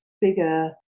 bigger